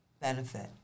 benefit